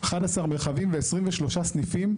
11 מרחבים ו-23 סניפים,